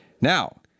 Now